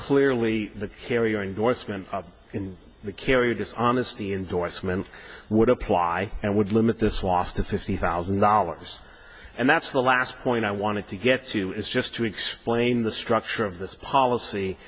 clearly the carrier endorsement in the carrier dishonesty endorsement would apply and would limit this loss to fifty thousand dollars and that's the last point i wanted to get to is just to explain the structure of this policy